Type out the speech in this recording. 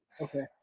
Okay